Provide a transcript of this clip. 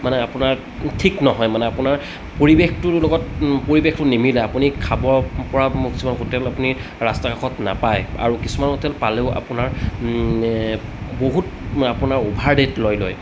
মানে আপোনাৰ ঠিক নহয় মানে আপোনাৰ পৰিৱেশটোৰ লগত পৰিৱেশটো নিমিলে আপুনি খাব পৰা মোৰ কিছুমান হোটেল আপুনি ৰাষ্টাৰ কাষত নাপায় আৰু কিছুমান হোটেল পালেও আপোনাৰ বহুত আপোনাৰ অভাৰ ৰেট লৈ লয়